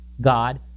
God